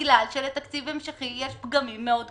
בגלל שבתקציב המשכי יש פגמים מאוד קשים.